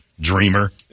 dreamer